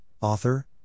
Author